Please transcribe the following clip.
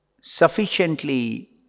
sufficiently